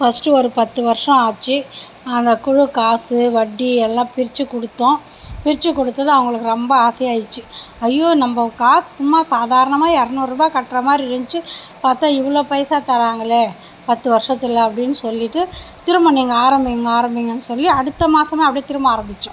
first ஒரு பத்து வருஷம் ஆச்சு அந்த குழு காசு வட்டி எல்லாம் பிரித்து கொடுத்தோம் பிரித்து கொடுத்தது அவங்களுக்கு ரொம்ப ஆசையாக ஆகிருச்சி ஐயோ நம்ம காசு சும்மா சாதாரணமாக எரநூறுபா கட்டுற மாதிரி இருந்துச்சி பார்த்தா இவ்வளோ பைசா தராங்களே பத்து வருசத்தில் அப்படின்னு சொல்லிவிட்டு திரும்ப நீங்கள் ஆரம்பிங்க ஆரம்பிங்கன்னு சொல்லி அடுத்த மாதமும் அப்படியே திரும்ப ஆரம்பித்தோம்